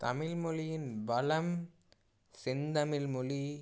தமிழ் மொழியின் பலம் செந்தமிழ் மொழி